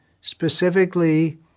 specifically